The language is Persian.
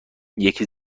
یکی